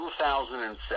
2007